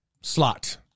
slot